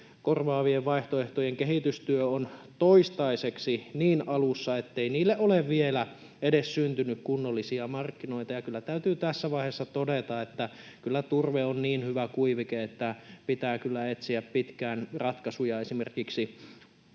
Korvaavien vaihtoehtojen kehitystyö on toistaiseksi niin alussa, ettei niille ole vielä edes syntynyt kunnollisia markkinoita. Ja täytyy tässä vaiheessa todeta, että kyllä turve on niin hyvä kuivike, että pitää kyllä etsiä pitkään ratkaisuja esimerkiksi